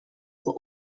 were